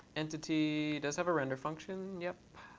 entity does have a render function, yep.